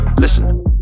Listen